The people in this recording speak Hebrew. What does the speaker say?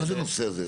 מה זה בנושא הזה?